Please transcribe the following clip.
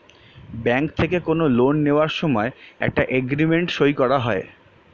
bank থেকে কোনো loan নেওয়ার সময় একটা এগ্রিমেন্ট সই করা হয়